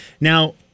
Now